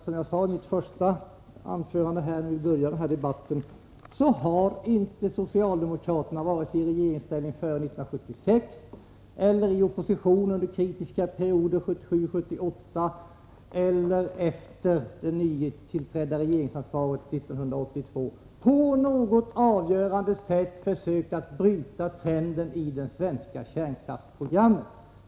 Som jag sade i mitt första anförande har ju inte socialdemokraterna vare sig i regeringsställ Om hanteringen av ning före 1976 eller i opposition under den kritiska perioden 1977/78 eller kärnbränsle efter det att man fick regeringsansvaret 1982 på något avgörande sätt försökt bryta trenden i det svenska kärnkraftsprogrammet.